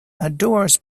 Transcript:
adores